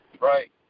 Right